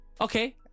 Okay